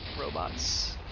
robots